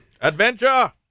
adventure